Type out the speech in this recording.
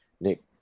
Nick